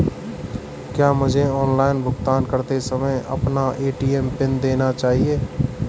क्या मुझे ऑनलाइन भुगतान करते समय अपना ए.टी.एम पिन देना चाहिए?